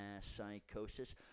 psychosis